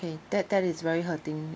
okay that that is very hurting